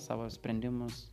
savo sprendimus